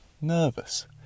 nervous